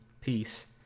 Peace